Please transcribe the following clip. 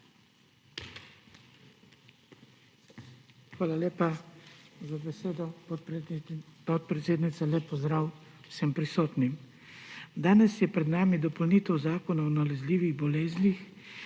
Hvala lepa za besedo, podpredsednica. Lep pozdrav vsem prisotnim! Danes je pred nami dopolnitev Zakona o nalezljivih bolezni,